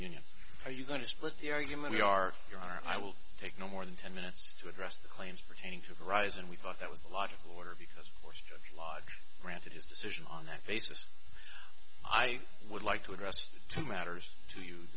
union are you going to split the argument we are your honor and i will take no more than ten minutes to address the claims pertaining to the rise and we thought that was a logical order because mr clyde granted his decision on that basis i would like to address two matters to